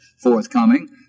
forthcoming